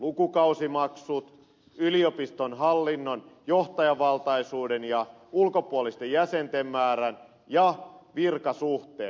lukukausimaksut yliopiston hallinnon johtajavaltaisuuden ja ulkopuolisten jäsenten määrän ja virkasuhteet